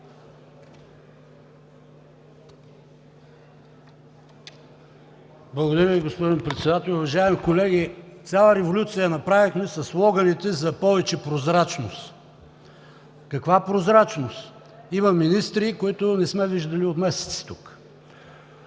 Благодаря Ви, господин Председател. Уважаеми колеги, цяла революция направихме със слоганите за повече прозрачност. Каква прозрачност? Има министри, които не сме виждали от месеци тук.